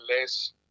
less